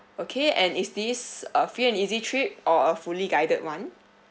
okay and is this a free and easy trip or a fully guided one